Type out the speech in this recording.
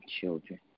children